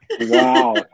Wow